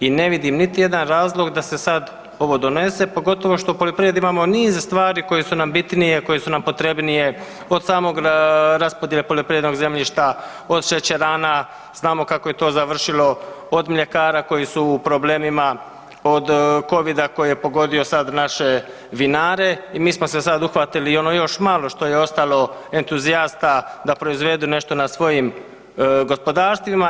I ne vidim niti jedan razlog da se sad ovo donese, pogotovo što u poljoprivredi imamo niz stvari koje su nam bitnije, koje su nam potrebnije, od samog raspodjele poljoprivrednog zemljišta, od šećerana, znamo kako je to završilo, od mljekara koji su u problemima, od covida koji je pogodio sad naše vinare i mi smo se sad uhvatili i ono još malo što je ostalo entuzijasta da proizvedu nešto na svojim gospodarstvima.